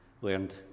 learned